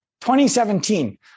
2017